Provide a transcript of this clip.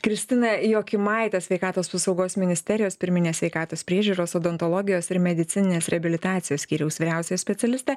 kristiną jokimaitę sveikatos apsaugos ministerijos pirminės sveikatos priežiūros odontologijos ir medicininės reabilitacijos skyriaus vyriausiąją specialistę